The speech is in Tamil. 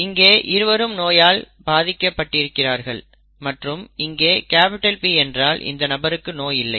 இங்கே இருவரும் நோயால் பாதிக்கப்பட்டிருக்கிறார்கள் மற்றும் இங்கே P ஏனென்றால் இந்த நபருக்கு நோய் இல்லை